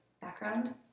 background